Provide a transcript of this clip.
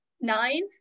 nine